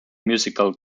musical